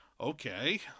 Okay